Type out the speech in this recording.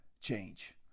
change